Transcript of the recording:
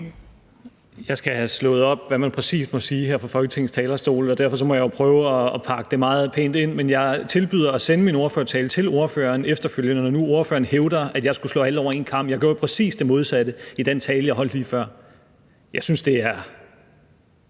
Jeg skal have slået op, hvad man præcis må sige her fra Folketingets talerstol, og derfor må jeg jo prøve at pakke det meget pænt ind. Men jeg tilbyder at sende min ordførertale til spørgeren efterfølgende, når nu spørgeren hævder, at jeg skulle skære alle over en kam. Jeg gjorde jo præcis det modsatte i den tale, jeg holdt lige før. Jeg synes, det er